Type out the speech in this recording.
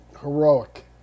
heroic